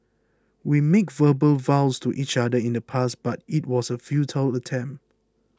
we made verbal vows to each other in the past but it was a futile attempt